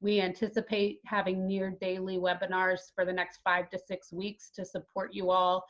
we anticipate having near-daily webinars for the next five to six weeks to support you all